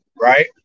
Right